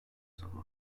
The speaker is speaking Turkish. zamanı